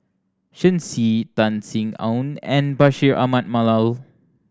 Shen Xi Tan Sin Aun and Bashir Ahmad Mallal